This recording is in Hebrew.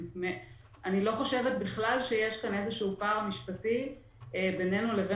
אני לא חושבת בכלל שיש כאן איזשהו פער משפטי בינינו לבין